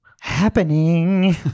happening